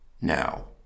now